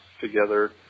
together